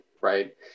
right